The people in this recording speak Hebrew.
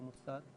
במוסד,